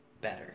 better